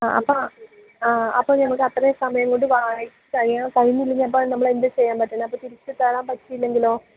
ആ അപ്പം അപ്പം ഞങ്ങൾക്ക് അത്രയും സമയം കൊണ്ട് വായിച്ച് കഴിയാൻ കഴിഞ്ഞില്ലെങ്കിൽ അപ്പം നമ്മൾ എന്ത് ചെയ്യാന് പറ്റണത് അപ്പം തിരിച്ച് തരാൻ പറ്റിയില്ലെങ്കിലോ